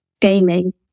gaming